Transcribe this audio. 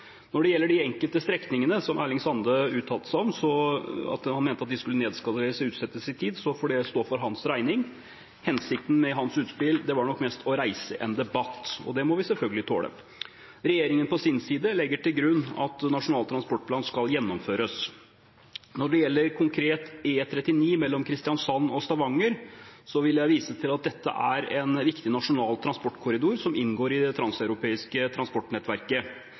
Når det gjelder de enkelte strekningene som representanten Erling Sande uttalte seg om, og mente at skulle nedskaleres og utsettes i tid, så får det stå for hans regning. Hensikten med hans utspill var nok mest å reise en debatt, og det må vi selvfølgelig tåle. Regjeringen på sin side legger til grunn at Nasjonal transportplan skal gjennomføres. Når det gjelder konkret E39 mellom Kristiansand og Stavanger, vil jeg vise til at dette er en viktig nasjonal transportkorridor som inngår i det transeuropeiske transportnettverket,